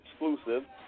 exclusive